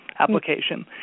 Application